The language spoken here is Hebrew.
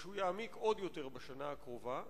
והוא יעמיק עוד יותר בשנה הקרובה,